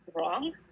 wrong